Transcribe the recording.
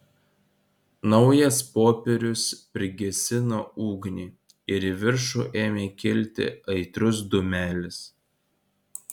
naujas popierius prigesino ugnį ir į viršų ėmė kilti aitrus dūmelis